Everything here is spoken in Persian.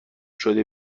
شده